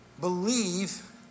believe